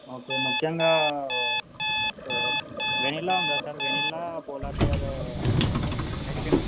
okay ముఖ్యంగా vanilla ఉందా sir vanilla polar bear ice creams